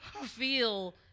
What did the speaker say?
feel